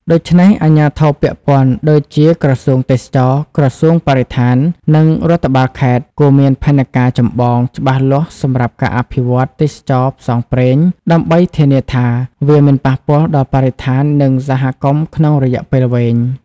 ដូច្នេះ អាជ្ញាធរពាក់ព័ន្ធដូចជាក្រសួងទេសចរណ៍ ក្រសួងបរិស្ថាន និងរដ្ឋបាលខេត្តគួរមានផែនការចម្បងច្បាស់លាស់សម្រាប់ការអភិវឌ្ឍទេសចរណ៍ផ្សងព្រេង ដើម្បីធានាថាវាមិនប៉ះពាល់ដល់បរិស្ថាននិងសហគមន៍ក្នុងរយៈពេលវែង។